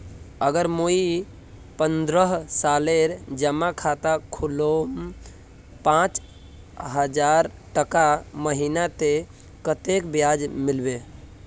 अगर मुई पन्द्रोह सालेर जमा खाता खोलूम पाँच हजारटका महीना ते कतेक ब्याज मिलबे?